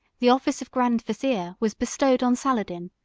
the office of grand vizier was bestowed on saladin,